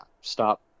stop